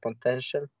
potential